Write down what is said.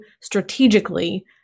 strategically